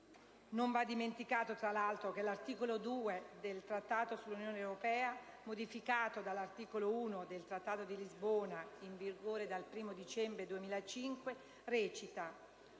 Non va dimenticato, tra l'altro, che l'articolo 2 del trattato sull'Unione europea, come modificato dall'articolo 1 del Trattato di Lisbona, in vigore dal 1° dicembre 2005, recita: